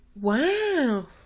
wow